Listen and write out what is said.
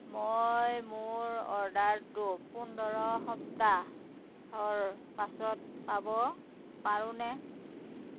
মই মোৰ অৰ্ডাৰটো পোন্ধৰ সপ্তাহৰ পাছত পাব পাৰোনে